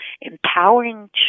empowering